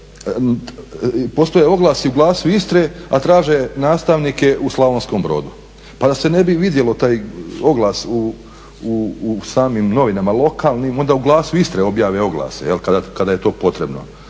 postoje oglasi u "Glasu Istre", a traže nastavnike u Slavonskom Brodu. Pa da se ne bi vidjelo taj oglas u samim novinama lokalnim onda u "Glasu Istre" objave oglase kada je to potrebno.